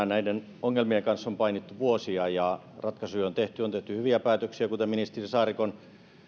näiden ongelmien kanssa on painittu vuosia ja ratkaisuja on tehty on tehty hyviä päätöksiä kuten ministeri saarikon